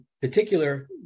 particular